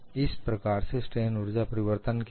इस प्रकार से स्ट्रेन ऊर्जा परिवर्तन क्या है